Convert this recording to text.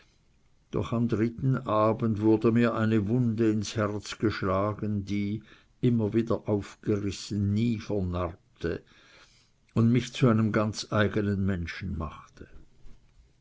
doch am dritten abend wurde mir eine wunde ins herz geschlagen die immer wieder aufgerissen nie vernarbte und mich zu einem ganz eigenen menschen machte